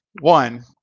one